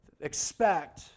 expect